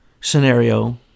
scenario